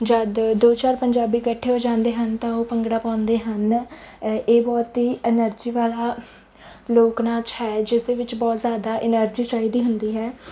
ਜਦ ਦੋ ਚਾਰ ਪੰਜਾਬੀ ਇਕੱਠੇ ਹੋ ਜਾਂਦੇ ਹਨ ਤਾਂ ਉਹ ਭੰਗੜਾ ਪਾਉਂਦੇ ਹਨ ਇਹ ਇਹ ਬਹੁਤ ਹੀ ਐਨਰਜੀ ਵਾਲਾ ਲੋਕ ਨਾਚ ਹੈ ਜਿਸ ਦੇ ਵਿੱਚ ਬਹੁਤ ਜ਼ਿਆਦਾ ਐਨਰਜੀ ਚਾਹੀਦੀ ਹੁੰਦੀ ਹੈ